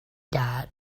diet